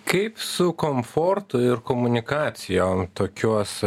kaip su komfortu ir komunikacijom tokiuos